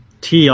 TR